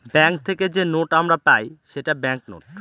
bank থেকে যে note আমরা পাই সেটা ব্যাঙ্ক নোট